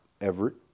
Everett